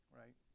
right